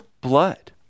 blood